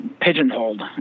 pigeonholed